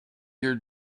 your